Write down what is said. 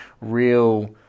real